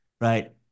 right